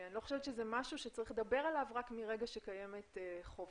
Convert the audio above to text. אני לא חושבת שזה משהו שצריך לדבר עליו רק מרגע שקיימת חובה.